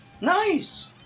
Nice